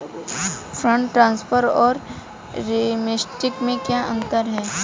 Fund transfer और remittance में क्या अंतर है?